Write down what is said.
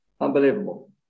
unbelievable